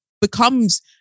becomes